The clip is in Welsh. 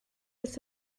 wrth